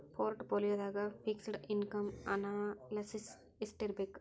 ಪೊರ್ಟ್ ಪೋಲಿಯೊದಾಗ fixed income analysis ಯೆಸ್ಟಿರ್ಬಕ್?